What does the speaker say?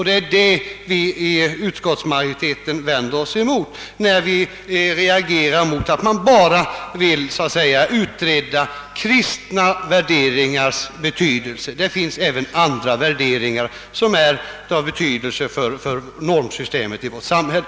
Det är detta vi inom utskottsmajoriteten vänder oss mot — vi reagerar mot att man bara vill utreda kristna värderingars betydelse. Det finns även andra värderingar som är av betydelse för normsystemet i vårt samhälle.